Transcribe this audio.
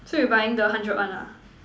so you buying the hundred one ah